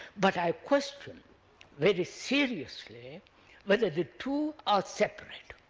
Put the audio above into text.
but i question very seriously whether the two are separate.